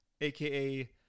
aka